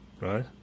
right